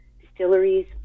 distilleries